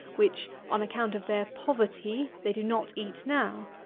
which, on account of their poverty, they do not eat now.